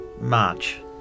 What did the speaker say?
March